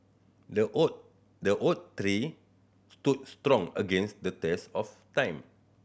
the oak the oak tree stood strong against the test of time